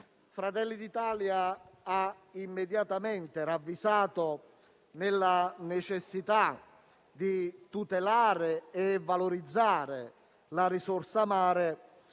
Fratelli d'Italia ha immediatamente ravvisato la necessità di tutelare e valorizzare la risorsa mare